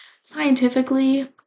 scientifically